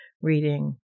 reading